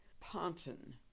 Ponton